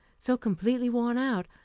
so completely worn out,